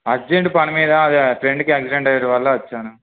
urgent పని మీద అదే ఫ్రెండ్కి ఆక్సిడెంట్ అవడం వల్ల వచ్చాను